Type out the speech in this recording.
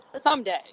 Someday